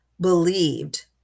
believed